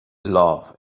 love